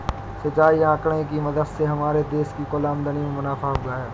सिंचाई आंकड़े की मदद से हमारे देश की कुल आमदनी में मुनाफा हुआ है